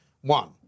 one